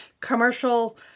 commercial